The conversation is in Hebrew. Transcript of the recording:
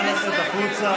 נא לצאת החוצה.